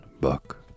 book